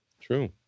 True